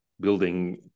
building